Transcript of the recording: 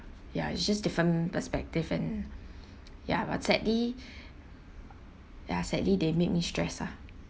ya it's just different perspective and ya but sadly ya sadly they make me stress ah